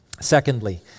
Secondly